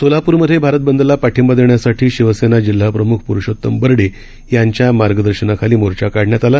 सोलापूरमध्येभारतबंदलापाठिंबादेण्यासाठीशिवसेनाजिल्हाप्रमुखपुरुषोतमबरडेयांच्यामार्गदर्शनाखालीमोर्चा काढण्यातआला